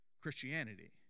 Christianity